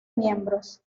miembros